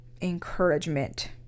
encouragement